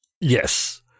Yes